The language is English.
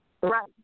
Right